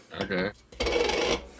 Okay